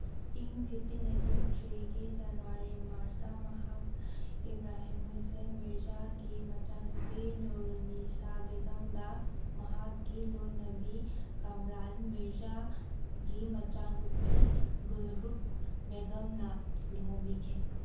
ꯏꯪ fifteen ninety ꯊ꯭ꯔꯤꯒꯤ January ꯃꯥꯔꯁꯇ ꯃꯍꯥꯛ ꯏꯕ꯭ꯔꯥꯍꯤꯝ ꯍꯨꯏꯁꯦꯟ ꯃꯤꯔꯖꯥꯒꯤ ꯃꯆꯥꯅꯨꯄꯤ ꯅꯨꯔ ꯅꯤꯁꯥ ꯕꯦꯒꯝꯒ ꯃꯍꯥꯛꯀꯤ ꯂꯣꯏꯅꯕꯤ ꯀꯝꯔꯥꯟ ꯃꯤꯔꯖꯥꯒꯤ ꯃꯆꯥꯅꯨꯄꯤ ꯒꯨꯜꯔꯨꯛ ꯕꯦꯒꯝꯅ ꯂꯨꯍꯣꯡꯕꯤꯈꯤ